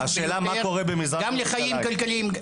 גם לחיים כלכליים,